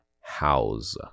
house